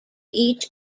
each